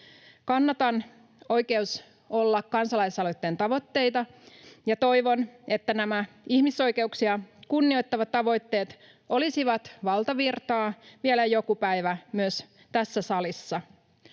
Kannatan Oikeus olla -kansalaisaloitteen tavoitteita ja toivon, että nämä ihmisoikeuksia kunnioittavat tavoitteet olisivat valtavirtaa vielä joku päivä myös tässä salissa,